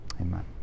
amen